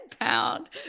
pound